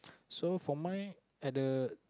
so for my other